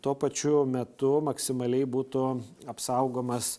tuo pačiu metu maksimaliai būtų apsaugomas